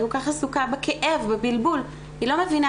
היא כל כך עסוקה בכאב, בבלבול, היא לא מבינה.